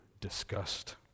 disgust